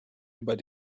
über